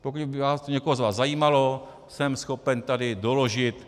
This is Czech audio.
Pokud by to někoho z vás zajímalo, jsem schopen to tady doložit.